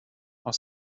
aus